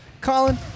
Colin